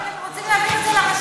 אבל הם רוצים להעביר את זה לרפורמות.